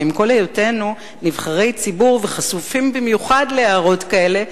ועם כל היותנו נבחרי ציבור וחשופים במיוחד להערות כאלה,